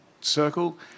circle